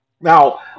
Now